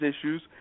issues